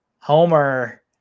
Homer